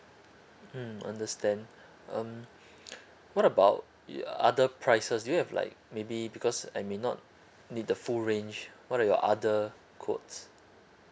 mm understand um what about the uh other prices do you have like maybe because I may not need the full range what are your other quotes